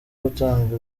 gutanga